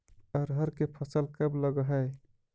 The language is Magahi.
अरहर के फसल कब लग है?